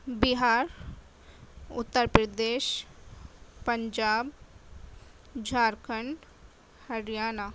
Bihar Uttar Pradesh Punjab Jharkhand Haryana